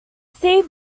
see